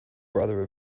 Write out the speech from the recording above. brother